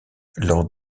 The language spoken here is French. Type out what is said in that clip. lors